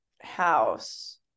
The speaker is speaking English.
house